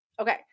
Okay